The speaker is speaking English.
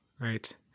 right